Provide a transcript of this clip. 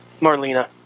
Marlena